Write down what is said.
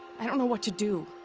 i don't know what to do.